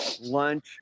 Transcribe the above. Lunch